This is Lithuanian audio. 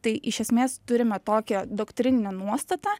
tai iš esmės turime tokią doktrininę nuostatą